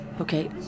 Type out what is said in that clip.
Okay